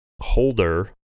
holder